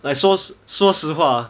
like 说实说实话